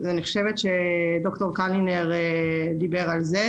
אני חושבת שד"ר קלינר דיבר על זה,